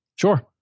Sure